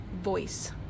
voice